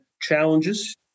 challenges